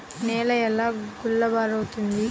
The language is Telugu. నేల ఎలా గుల్లబారుతుంది?